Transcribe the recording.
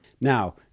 Now